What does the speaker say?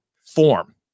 form